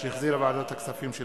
שהחזירה ועדת הכספים.